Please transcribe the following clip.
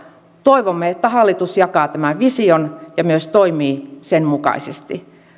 toivomme että hallitus jakaa tämän vision ja myös toimii sen mukaisesti